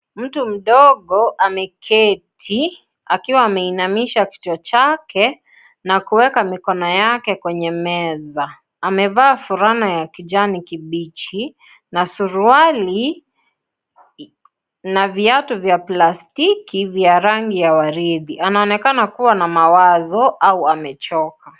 Mtu mdogo ameketi akiwa ameinamisha kichwa chake na kueka mikono yake kwenye meza amevaa fulana ya kijani kibichi na suruali na viatu vya plastiki vya rangi ya waridi, anaonekana kuwa na mawazo au amechoka.